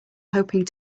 hoping